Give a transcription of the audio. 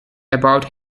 about